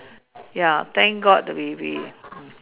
ya thank God we we